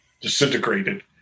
disintegrated